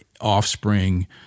offspring